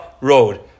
road